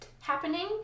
happening